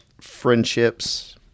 friendships